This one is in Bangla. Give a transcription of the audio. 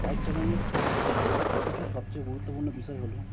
বাইক চালানোর কিছু সবচেয়ে গুরুত্বপূর্ণ বিষয় হল